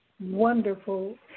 wonderful